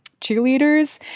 cheerleaders